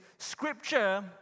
Scripture